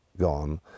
gone